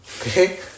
okay